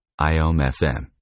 IOM-FM